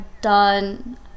done